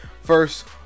first